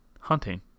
hunting